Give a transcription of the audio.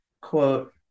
quote